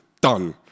done